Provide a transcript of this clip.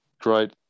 great